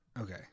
Okay